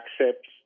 accepts